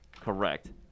correct